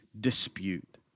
dispute